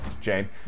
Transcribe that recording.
Jane